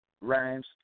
rhymes